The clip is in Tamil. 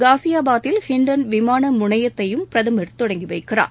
காசியாபாத்தில் ஹின்டன் விமான முனையத்தையும் பிரதமர் தொடங்கி வைக்கிறார்